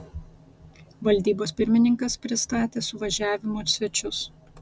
valdybos pirmininkas pristatė suvažiavimo svečius